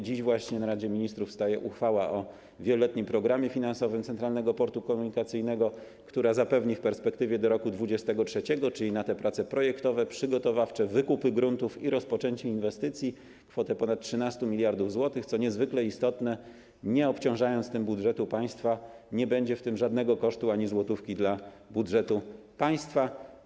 Dziś na posiedzeniu Rady Ministrów staje uchwała o wieloletnim programie finansowym Centralnego Portu Komunikacyjnego, która zapewni w perspektywie do roku 2023, czyli na prace projektowe, przygotowawcze, wykup gruntów i rozpoczęcie inwestycji, kwotę ponad 13 mld zł, co niezwykle istotne, nie obciążając tym budżetu państwa, nie będzie żadnych kosztów, ani złotówki, dla budżetu państwa.